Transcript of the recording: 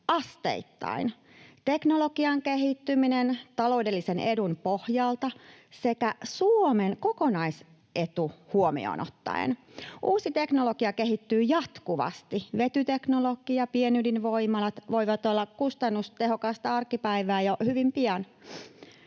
asteittain, teknologian kehittymisen ja taloudellisen edun pohjalta sekä Suomen kokonaisetu huomioon ottaen. Uusi teknologia kehittyy jatkuvasti. Vetyteknologia, pienydinvoimalat voivat olla kustannustehokasta arkipäivää jo hyvin pian.